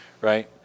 right